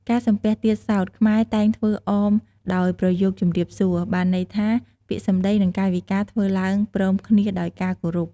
ការសំពះទៀតសោត ខ្មែរតែងធ្វើអមដោយប្រយោគជម្រាបសួរ បានន័យថា ពាក្យសម្តីនិងកាយវិការធ្វើឡើងព្រមគ្នាដោយការគោរព ។